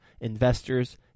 investors